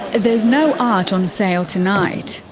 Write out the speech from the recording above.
ah there's no art on sale tonight.